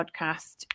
podcast